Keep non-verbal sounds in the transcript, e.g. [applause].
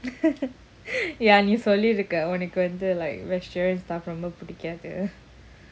[noise] ya நீசொல்லிருக்கஉனக்குவந்து:nee solliruka unaku vandhu like vegetarian stuff வந்துபிடிக்காது:vandhu pidikathu